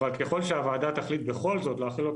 אבל ככל שהוועדה תחליט בכל זאת להחיל אותו